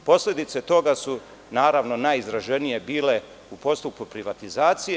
Posledice toga su naravno najizraženije bile u postupku privatizacije.